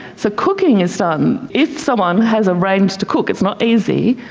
so cooking is done, if someone has arranged to cook, it's not easy,